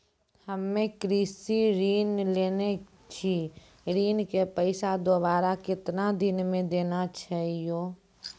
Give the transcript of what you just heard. हम्मे कृषि ऋण लेने छी ऋण के पैसा दोबारा कितना दिन मे देना छै यो?